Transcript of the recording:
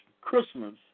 Christmas